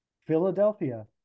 Philadelphia